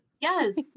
Yes